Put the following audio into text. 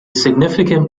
significant